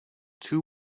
two